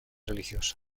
religiosa